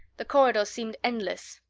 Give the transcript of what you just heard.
the corridors seemed endless.